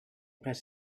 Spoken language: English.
press